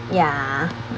ya